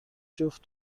جفت